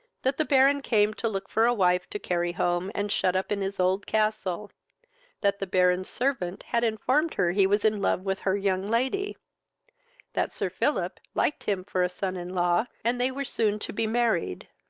that the baron came to look for a wife to carry home, and shut up in his old castle that the baron's servant had informed her he was in love with her young lady that sir philip liked him for a son-in-law, and they were soon to be married